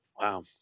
wow